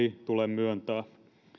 tule myöntää